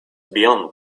beyond